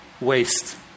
Waste